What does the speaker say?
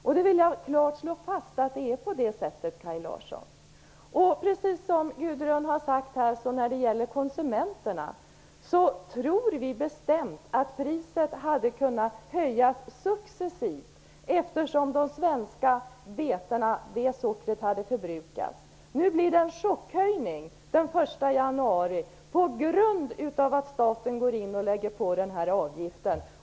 Jag vill klart slå fast att det är på det här sättet, Kaj Larsson. Vi tror bestämt, precis som Gudrun Lindvall, att priset hade kunnat höjas successivt, allteftersom de svenska betorna hade förbrukats. Nu blir det en chockhöjning den 1 januari på grund av att staten lägger på den här avgiften.